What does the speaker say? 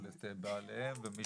אבל את בעליהם ומי